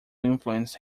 influence